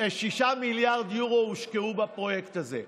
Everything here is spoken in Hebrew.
6 מיליארד יורו הושקעו בפרויקט הזה.